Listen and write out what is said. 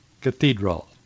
Cathedral